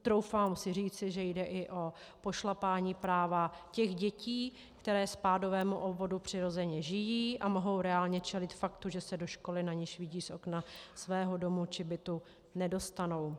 Troufám si říct, že jde i o pošlapání práva těch dětí, které ve spádovém obvodu přirozeně žijí a mohou reálně čelit faktu, že se do školy, na niž vidí z okna svého domu či bytu, nedostanou.